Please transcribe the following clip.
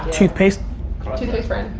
toothpaste toothpaste brand.